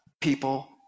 people